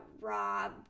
Rob